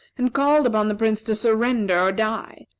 and called upon the prince to surrender or die.